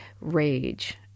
rage